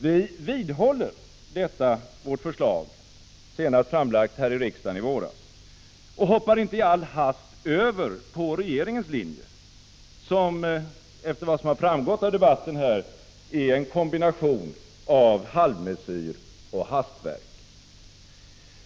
Vi vidhåller vårt förslag, senast framlagt här i riksdagen i våras, och hoppar inte i all hast över på regeringens linje, som, efter vad som har framgått av debatten här, är en kombination av halvmesyr och hastverk.